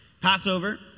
Passover